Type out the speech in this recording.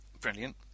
Brilliant